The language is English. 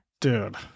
Dude